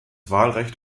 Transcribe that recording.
wahlrecht